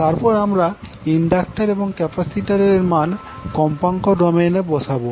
তারপর আমরা ইন্ডাক্টর এবং ক্যাপাসিটর এর মান কম্পাঙ্ক ডোমেইনে বসাবো